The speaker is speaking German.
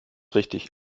richtig